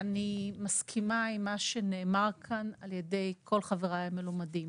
אני מסכימה עם מה שנאמר כאן על ידי כל חבריי המלומדים